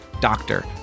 doctor